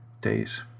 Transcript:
days